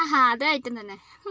ആഹാ അതെ ഐറ്റം തന്നെ